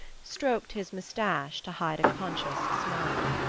stroked his moustache to hide a conscious smile.